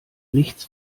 nichts